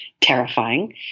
terrifying